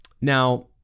Now